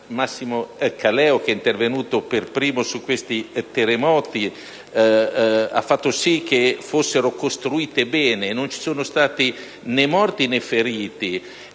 Massimo Caleo, che è intervenuto per primo su questi eventi sismici, fossero costruite bene: infatti non ci sono stati né morti né feriti.